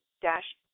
Dash